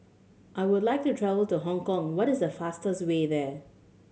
I would like to travel to Hong Kong what is the fastest way there